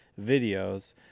videos